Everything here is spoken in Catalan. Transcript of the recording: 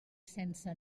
sense